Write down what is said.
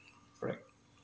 correct